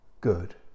good